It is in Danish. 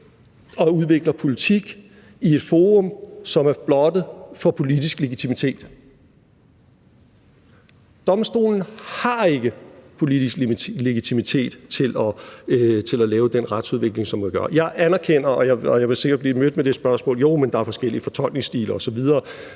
og udvikler politik i et forum, som er blottet for politisk legitimitet. Domstolen har ikke politisk legitimitet til at lave den retsudvikling, som den gør. Jeg anerkender – jeg vil sikkert blive mødt med det argument – at, jo, men der er forskellige fortolkningsstile osv.